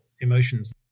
emotions